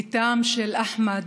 בתם של אחמד,